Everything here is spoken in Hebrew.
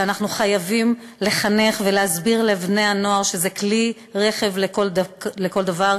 ואנחנו חייבים לחנוך ולהסביר לבני-הנוער שזה כלי רכב לכל דבר,